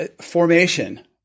formation